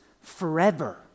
forever